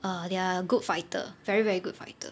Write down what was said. err they're good fighter very very good fighter